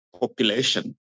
population